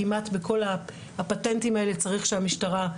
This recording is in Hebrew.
כמעט בכל הפטנטים האלה צריך שהמשטרה,